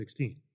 16